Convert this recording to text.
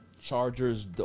Chargers